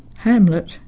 hamlet,